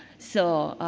so,